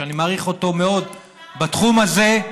שאני מעריך אותו מאוד בתחום הזה,